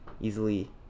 easily